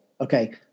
Okay